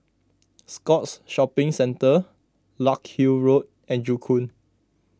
Scotts Shopping Centre Larkhill Road and Joo Koon